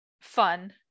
fun